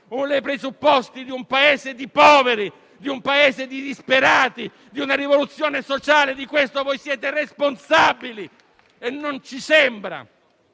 i presupposti di un Paese di poveri e di disperati, di una rivoluzione sociale. Di questo voi siete responsabili e non ci sembra